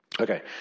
Okay